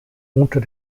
unter